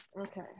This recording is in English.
Okay